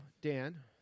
Dan